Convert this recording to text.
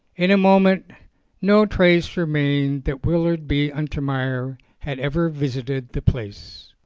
in a moment no trace remained that willard b. untermeyer had ever visited that place.